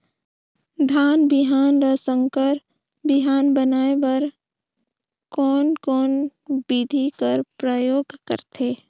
धान बिहान ल संकर बिहान बनाय बर कोन कोन बिधी कर प्रयोग करथे?